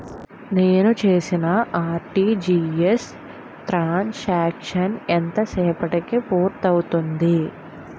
నేను చేసిన RTGS transaction ఎంత సేపటికి పూర్తి అవుతుంది?